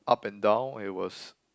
up and down it was